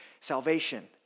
salvation